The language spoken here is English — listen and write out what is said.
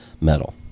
metal